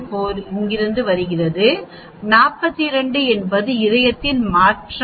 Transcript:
4 இங்கிருந்து வருகிறது 42 என்பது இதயத்தின் மாற்றம்